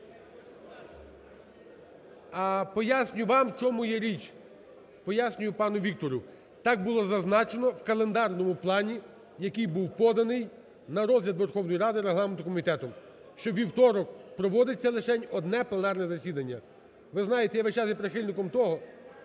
Поясню вам, в чому є річ, пояснюю пану Віктору. Так було зазначено в календарному плані, який був поданий на розгляд Верховної Ради Регламентним комітетом, що у вівторок проводиться лишень одне пленарне засідання. Ви знаєте, я весь час є прихильником того,